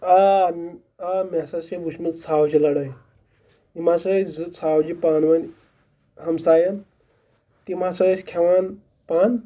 آ آ مےٚ ہَسا چھِ وٕچھمٕژ ژھاوجہِ لَڑٲے یِم ہَسا ٲسۍ زٕ ژھاوجہِ پانہٕ ؤنۍ ہَمسایَن تِم ہَسا ٲسۍ کھٮ۪وان پن